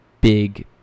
big